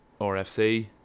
RFC